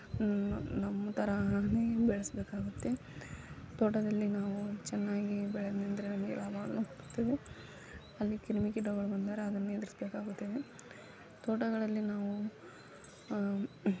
ನಮ್ಮ ಥರನೇ ಬೆಳೆಸಬೇಕಾಗುತ್ತೆ ತೋಟದಲ್ಲಿ ನಾವು ಚೆನ್ನಾಗಿ ಬೆಳೆ ಬಂದರೆ ನಮಗೆ ಲಾಭನೂ ಕೊಡುತ್ತದೆ ಅಲ್ಲಿ ಕ್ರಿಮಿ ಕೀಟಗಳು ಬಂದರೆ ಅದನ್ನು ಎದುರಿಸ್ಬೇಕಾಗುತ್ತದೆ ತೋಟಗಳಲ್ಲಿ ನಾವು